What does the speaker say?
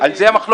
על זה המחלוקת?